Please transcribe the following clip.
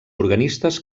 organistes